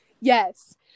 Yes